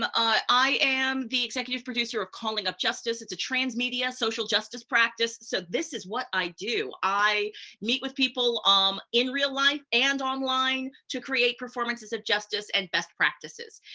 ah ah i am the executive producer of calling up justice. it's a transmedia social justice practice. so this is what i do. i meet with people um in real life and online to create performances of justice and best practices.